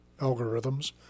algorithms